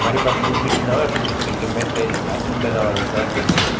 મારી પાસે દૂરબીન ન હતું એટલે મેં તે જાતે બનાવવાનો પ્રયત્ન કર્યો